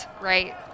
right